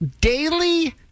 daily